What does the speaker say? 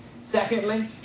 Secondly